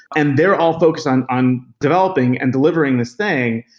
and they're all focused on on developing and delivering this thing,